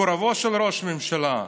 מקורבו של ראש הממשלה,